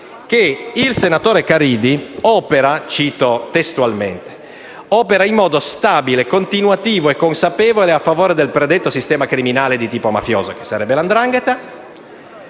il senatore Caridi opera, cito testualmente: «in modo stabile, continuativo e consapevole a favore del predetto sistema criminale di tipo mafioso», che sarebbe la 'ndrangheta,